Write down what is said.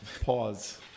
Pause